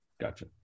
Gotcha